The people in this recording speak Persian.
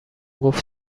گفت